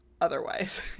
otherwise